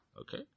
Okay